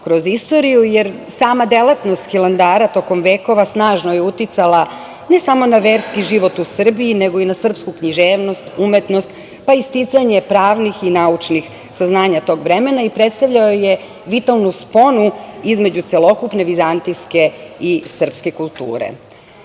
kroz istoriju, jer sama delatnost Hilandara tokom vekova snažno je uticala ne samo na verski život u Srbiji, nego i na srpsku književnost, umetnost, pa i sticanje pravnih i naučnih saznanja tog vremena i predstavljao je vitalnu sponu između celokupne vizantijske i srpske kulture. Hilandar